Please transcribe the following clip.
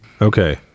Okay